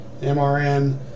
MRN